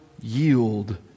yield